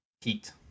heat